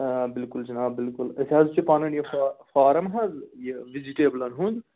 آ بِلکُل جِناب بِلکُل أسۍ حظ چھِ پَنُن یہِ فا فارٕم حظ یہِ وِجِٹیبلَن ہُنٛد